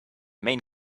main